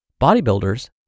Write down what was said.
bodybuilders